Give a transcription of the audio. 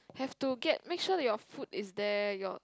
have to get make sure your food is there your